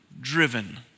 driven